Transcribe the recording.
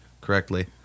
correctly